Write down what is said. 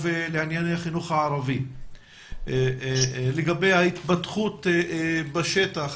לענייני החינוך הערבי לגבי ההתפתחות בשטח,